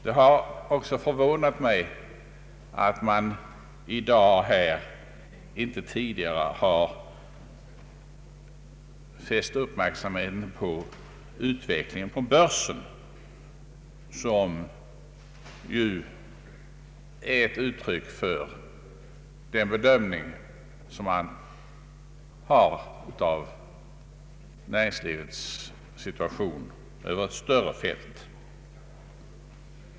Det har också förvånat mig att man inte tidigare i dag fäst uppmärksamheten vid utvecklingen på börsen, som ju är ett uttryck för bedömningen av näringslivets situation över ett större fält.